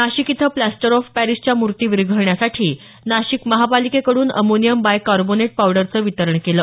नाशिक इथं plaster of पॅरिसच्या मूर्ती विरघळण्यासाठी नाशिक महापालिकेकडून अमोनियम बाय कार्बोनेट पावडरचं वितरण केलं